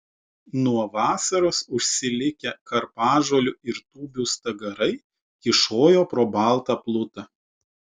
nuo vasaros užsilikę karpažolių ir tūbių stagarai kyšojo pro baltą plutą